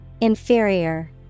Inferior